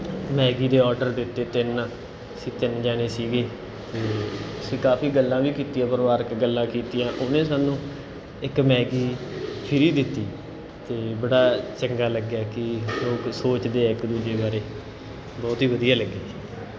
Maggi ਦੇ order ਦਿੱਤੇ ਤਿੰਨ ਅਸੀਂ ਤਿੰਨ ਜਾਣੇ ਸੀਗੇ ਅਤੇ ਅਸੀਂ ਕਾਫੀ ਗੱਲਾਂ ਵੀ ਕੀਤੀਆਂ ਪਰਿਵਾਰਿਕ ਗੱਲਾਂ ਕੀਤੀਆਂ ਉਹਨੇ ਸਾਨੂੰ ਇੱਕ ਮੈਗੀ ਫਰੀ ਦਿੱਤੀ ਅਤੇ ਬੜਾ ਚੰਗਾ ਲੱਗਿਆ ਕਿ ਲੋਕ ਸੋਚਦੇ ਆ ਇਕ ਦੂਜੇ ਬਾਰੇ ਬਹੁਤ ਹੀ ਵਧੀਆ ਲੱਗੀ